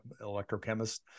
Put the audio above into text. electrochemist